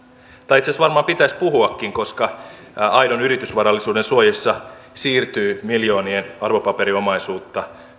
tai itse asiassa varmaan pitäisi puhuakin koska aidon yritysvarallisuuden suojassa siirtyy miljoonien arvopaperiomaisuutta